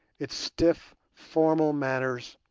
its stiff formal manners,